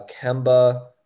Kemba